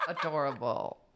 adorable